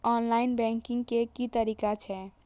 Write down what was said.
Online banking के की तरीका छै?